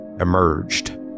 emerged